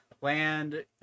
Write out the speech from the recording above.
land